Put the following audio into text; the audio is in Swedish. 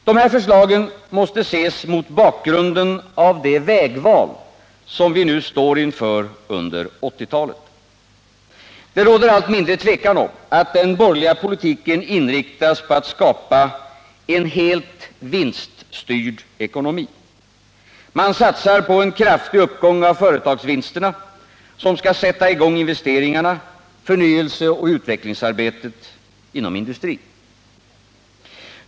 De här förslagen måste ses mot bakgrunden av det vägval som vi nu står inför under 1980-talet. Det råder allt mindre tvivel om att den borgerliga politiken inriktas på att skapa en helt vinststyrd ekonomi. Man satsar på en kraftig uppgång av företagsvinsterna, som skall sätta i gång investeringarna, förnyelseoch utvecklingsarbetet inom industrin.